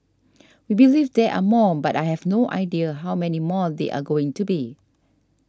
we believe there are more but I have no idea how many more there are going to be